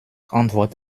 antwort